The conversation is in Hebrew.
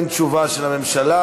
אין תשובה של הממשלה.